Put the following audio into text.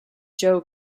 joe